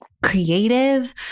creative